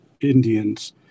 Indians